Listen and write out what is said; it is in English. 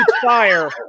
fire